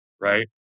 right